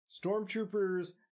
stormtroopers